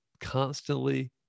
constantly